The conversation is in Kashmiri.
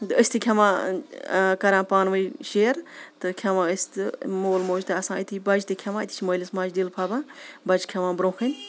أسۍ تہِ کھٮ۪وان کَران پانہٕ ؤنۍ شیر تہٕ کھٮ۪وان أسۍ تہِ مول موج تہِ آسان أتھی بَچہِ تہِ کھٮ۪وان أتی مٲلِس ماجہِ دِل پھۄلان بَچہِ کھٮ۪وان برونٛہہ کَنہِ